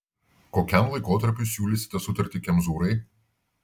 kokiam laikotarpiui siūlysite sutartį kemzūrai